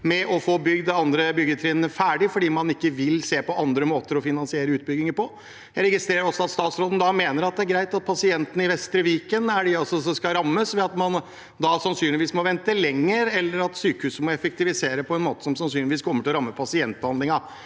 med å få bygd det andre byggetrinnet ferdig, fordi man ikke vil se på andre måter å finansiere utbygginger på. Jeg registrerer også at statsråden da mener at det er greit at pasientene i Vestre Viken er dem som skal rammes, ved at man sannsynligvis må vente lenger, eller at sykehuset må effektivisere på en måte som sannsynligvis kommer til å ramme pasientbehandlingen.